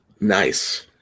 Nice